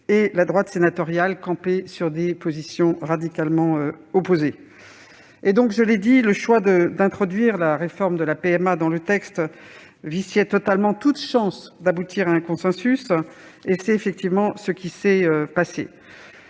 -et la droite sénatoriale est restée campée sur des positions radicalement opposées. Ainsi que je l'ai indiqué, le choix d'introduire la réforme de la PMA dans le texte viciait totalement toute chance d'aboutir à un consensus. C'est effectivement ce qui s'est passé.